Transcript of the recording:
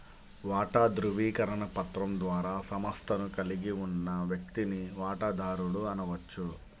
వాటా ధృవీకరణ పత్రం ద్వారా సంస్థను కలిగి ఉన్న వ్యక్తిని వాటాదారుడు అనవచ్చు